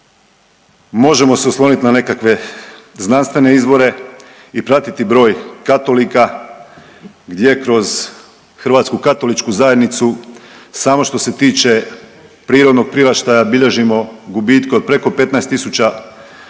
možemo se osloniti na nekakve znanstvene izvore i pratiti broj katolika gdje kroz Hrvatsku katoličku zajednicu samo što se tiče prirodnog priraštaja bilježimo gubitke od preko 15000 stanovnika